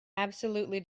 absolutely